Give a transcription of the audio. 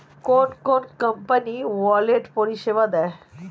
কোন কোন company wallet পরিষেবা দেয়?